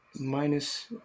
minus